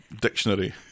dictionary